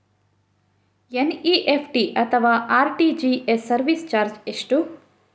NEFT ಅಥವಾ RTGS service charge ಎಷ್ಟು?